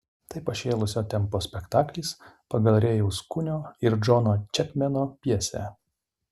tai pašėlusio tempo spektaklis pagal rėjaus kunio ir džono čepmeno pjesę